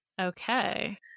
Okay